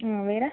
ம் வேறு